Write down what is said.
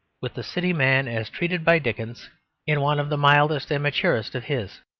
with the city man as treated by dickens in one of the mildest and maturest of his.